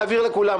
להבהיר לכולם,